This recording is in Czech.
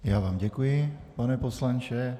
Já vám děkuji, pane poslanče.